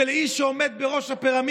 העם לא מאמין באיש שעומד בראש הפירמידה.